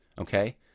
okay